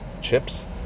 chips